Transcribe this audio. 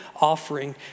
offering